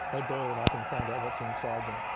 they boil them up and find out what's inside them.